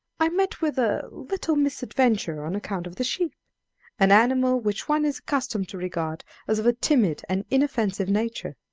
i met with a little misadventure on account of the sheep an animal which one is accustomed to regard as of a timid and inoffensive nature.